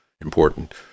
important